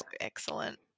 excellent